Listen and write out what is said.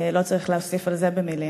לא צריך להוסיף על זה במילים.